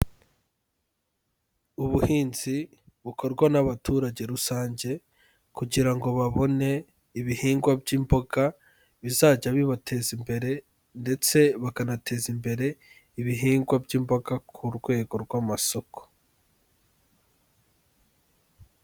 Ubuhinzi bukorwa n'abaturage rusange, kugira ngo babone ibihingwa by'imboga bizajya bibateza imbere ndetse bakanateza imbere ibihingwa by'imboga ku rwego rw'amasoko.